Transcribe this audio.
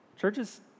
Churches